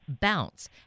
bounce